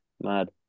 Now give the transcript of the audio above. Mad